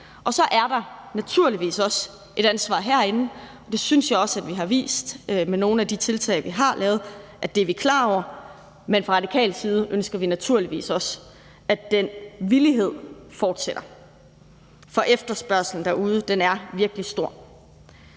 Der ligger naturligvis også et ansvar herinde, og det synes jeg også at vi har vist med nogle af de tiltag, vi har lavet, altså at det er noget, vi er klar over. Men fra radikal side ønsker vi naturligvis også, at den villighed fortsætter, for efterspørgslen derude er virkelig stor.